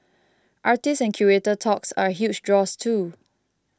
artist and curator talks are huge draws too